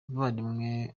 abavandimwe